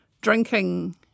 drinking